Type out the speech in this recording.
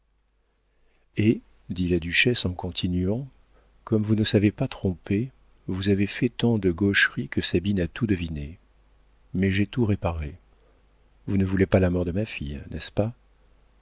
et dit la duchesse en continuant comme vous ne savez pas tromper vous avez fait tant de gaucheries que sabine a tout deviné mais j'ai tout réparé vous ne voulez pas la mort de ma fille n'est-ce pas